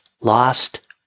lost